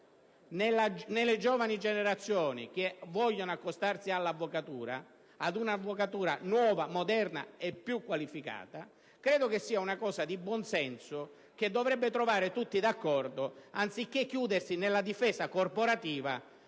nelle giovani generazioni che vogliono accostarsi ad un'avvocatura nuova, moderna e più qualificata sia una questione di buonsenso che dovrebbe trovare tutti d'accordo, anziché chiusi nella difesa corporativa